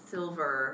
Silver